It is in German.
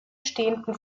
stehenden